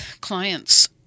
clients